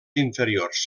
inferiors